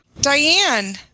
Diane